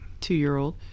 Two-year-old